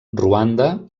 ruanda